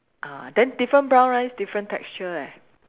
ah then different brown rice different texture eh